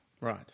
Right